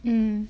mm